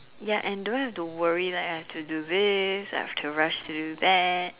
ya and don't have to worry like I have to do this I have to rush to do that